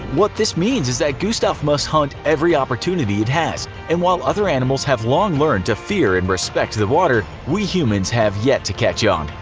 what this means is that gustave must hunt every opportunity it has, and while other animals have long learned to fear and respect the water, we humans have yet to catch on.